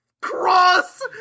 cross